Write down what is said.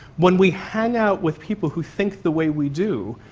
when we hang out with people who think the way we do,